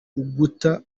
uguta